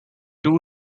two